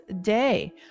day